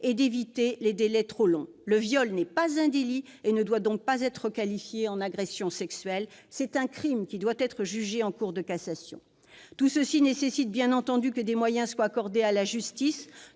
et d'éviter les délais trop longs. Le viol n'est pas un délit et ne doit donc pas être requalifié en agression sexuelle : c'est un crime, qui doit être jugé en cour d'assises. C'est très important ! Tout cela exige bien entendu que des moyens soient accordés à la justice,